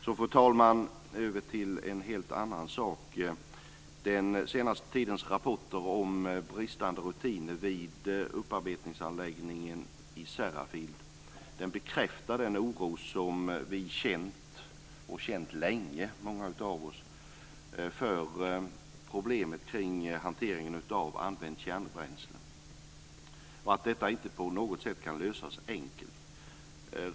Så, fru talman, över till en helt annan sak, nämligen den senaste tidens rapporter om bristande rutiner vid upparbetningsanläggningen i Sellafield. De bekräftar den oro som många av oss känt länge för problemet med hanteringen av använt kärnbränsle som inte på något sätt kan lösas enkelt.